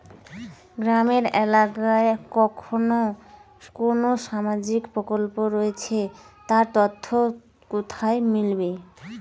গ্রামের এলাকায় কখন কোন সামাজিক প্রকল্প রয়েছে তার তথ্য কোথায় মিলবে?